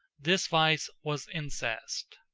this vice was incest.